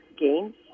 games